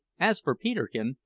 as for peterkin,